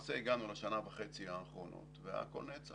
ולמעשה הגענו לשנה וחצי האחרונות והכול נעצר.